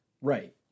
Right